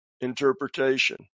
interpretation